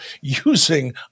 using